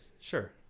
Sure